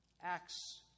Acts